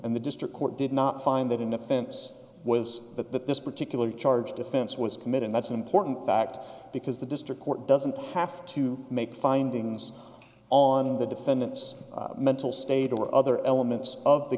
and the district court did not find that an offense was that that this particular charge defense was committed that's an important fact because the district court doesn't have to make findings on the defendant's mental state or other elements of the